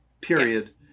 period